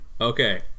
Okay